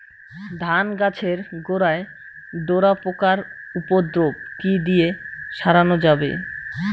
ধান গাছের গোড়ায় ডোরা পোকার উপদ্রব কি দিয়ে সারানো যাবে?